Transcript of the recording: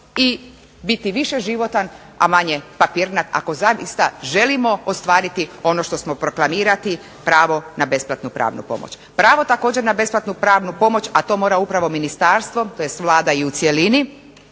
i biti više životan, a manje papirnat ako zaista želimo ostvariti ono što smo proklamirali pravo na besplatnu pravnu pomoć. Pravo također na besplatnu pravnu pomoć, a to mora upravo ministarstvo tj. Vlada i u cjelini